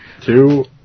two